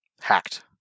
hacked